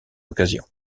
occasion